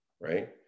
right